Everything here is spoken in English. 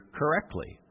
correctly